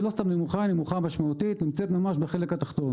ולא סתם נמוכה אלא נמוכה משמעותית והיא נמצאת בחלק התחתון.